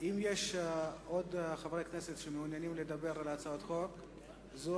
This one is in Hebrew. אם יש עוד חברי כנסת שמעוניינים לדבר על הצעת חוק זו,